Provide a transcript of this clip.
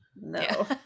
No